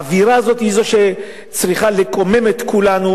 האווירה הזאת היא שצריכה לקומם את כולנו